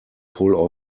pull